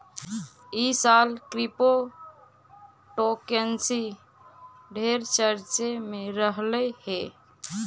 ई साल क्रिप्टोकरेंसी ढेर चर्चे में रहलई हे